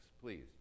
please